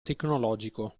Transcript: tecnologico